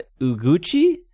Uguchi